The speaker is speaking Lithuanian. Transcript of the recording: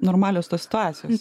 normalios tos situacijos